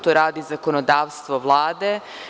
To radi zakonodavstvo Vlade.